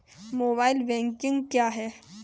Mobile banking क्या है?